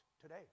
today